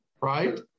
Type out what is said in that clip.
right